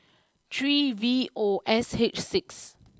three V O S H six